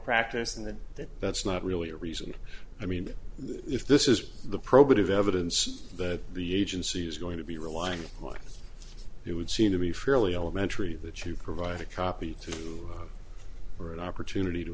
practice and that that's not really a reason i mean if this is the probative evidence that the agency is going to be relying on it would seem to be fairly elementary that you provide a copy to or an opportunity to